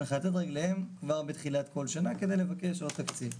לכתת רגליהם כבר בתחילת כל שנה כדי לבקש עוד תקציב.